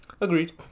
Agreed